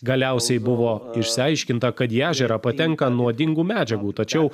galiausiai buvo išsiaiškinta kad į ežerą patenka nuodingų medžiagų tačiau